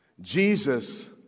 Jesus